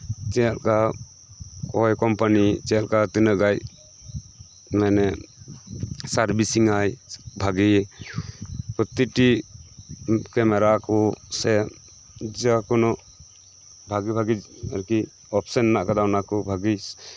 ᱪᱮᱫ ᱞᱮᱠᱟ ᱚᱠᱚᱭ ᱠᱳᱢᱯᱟᱱᱤ ᱪᱮᱫ ᱞᱮᱠᱟ ᱛᱤᱱᱟᱹᱜ ᱜᱟᱱ ᱢᱟᱱᱮ ᱥᱟᱨᱵᱤᱥᱤᱝ ᱟᱭ ᱵᱷᱟᱜᱮᱹ ᱯᱨᱚᱛᱤᱴᱤ ᱠᱮᱢᱮᱨᱟ ᱠᱚ ᱥᱮ ᱡᱮᱠᱚᱱᱚ ᱵᱷᱟᱜᱮᱹ ᱵᱷᱟᱜᱮᱹ ᱟᱨᱠᱤ ᱚᱯᱥᱮᱱ ᱢᱮᱱᱟᱜ ᱟᱠᱟᱫᱟ ᱚᱱᱟᱠᱚ ᱵᱷᱟᱜᱮᱹ